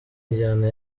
injyana